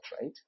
right